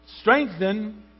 strengthen